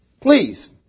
Please